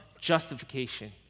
justification